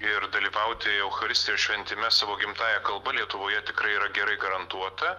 ir dalyvauti eucharistijos šventime savo gimtąja kalba lietuvoje tikrai yra gerai garantuota